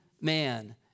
man